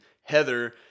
Heather